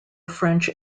french